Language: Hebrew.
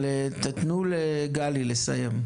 תנו לגלי לסיים.